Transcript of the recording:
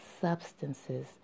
substances